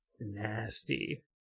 nasty